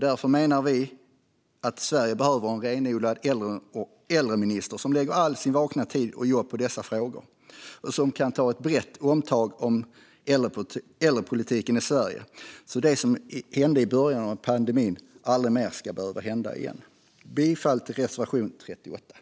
Därför menar vi att Sverige behöver en renodlad äldreminister som lägger all sin vakna tid på att jobba med dessa frågor och som kan ta ett brett omtag om äldrepolitiken i Sverige, så att det som hände i början av pandemin aldrig mer ska behöva hända igen. Jag yrkar bifall till reservation 38.